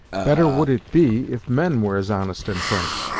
better would it be if men were as honest and frank.